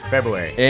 February